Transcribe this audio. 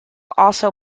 also